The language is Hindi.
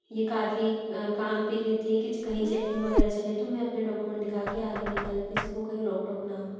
ये काफ़ी काम भी रहते हैं कुछ कहीं चेकिंग वग़ैरह चले तो मैं अपने डॉकूमेंट दिखा के आगे निकल भी सकूँ कहीं रोक टोक ना हो